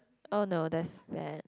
oh no that's bad